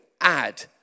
add